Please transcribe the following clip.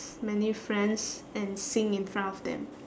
many friends and sing in front of them